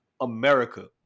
America